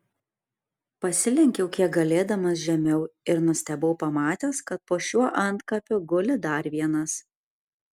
pasilenkiau kiek galėdamas žemiau ir nustebau pamatęs kad po šiuo antkapiu guli dar vienas